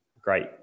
great